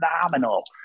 phenomenal